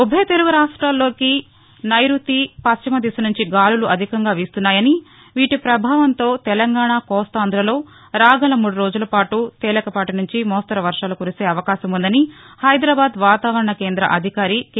ఉభయ తెలుగు రాష్ట్రాల్లోకి నైరుతి పశ్చిమ దిశ నుంచి గాలులు అధికంగా వీస్తున్నాయని వీటీ ప్రభావంతో తెలంగాణ కోస్తాంధలో రాగల మూడు రోజులపాటు తేలికపాటి నుంచి మోస్తరు వర్వాలు కురిసే అవకాశముందని హైదరాబాద్ వాతావరణ కేంద్ర అధికారి కె